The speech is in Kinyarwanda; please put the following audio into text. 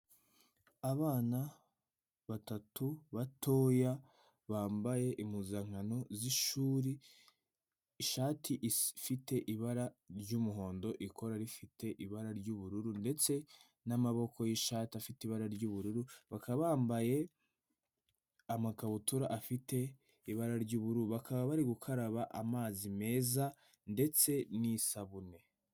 Abana batatu batoya bambaye impuzankano z'ishuri, ishati ifite ibara ry'umuhondo, ikora rifite ibara ry'ubururu ndetse n'amaboko y'ishati afite ibara ry'ubururu, bakaba bambaye amakabutura afite ibara ry'ubururu, bakaba bari gukaraba amazi meza ndetse n'isabune.